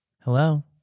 Hello